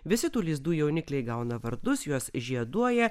visi tų lizdų jaunikliai gauna vardus juos žieduoja